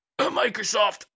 Microsoft